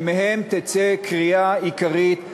שמהם תצא קריאה עיקרית,